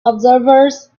observers